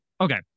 Okay